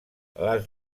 les